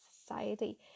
society